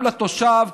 גם לתושב,